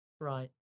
right